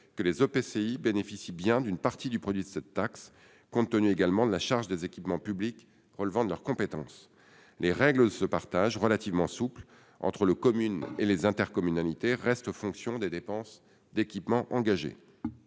que les EPCI bénéficient bien d'une partie du produit de cette taxe, compte tenu également de la charge des équipements publics relevant de leurs compétences. Les règles de ce partage, relativement souples, entre les communes et leurs intercommunalités, restent fonction des dépenses d'équipements engagées.